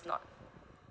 not